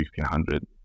1500